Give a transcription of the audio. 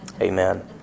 Amen